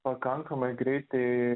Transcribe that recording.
pakankamai greitai